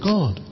God